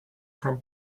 from